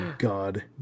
God